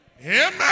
Amen